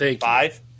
Five